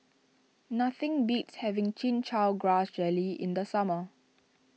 nothing beats having Chin Chow Grass Jelly in the summer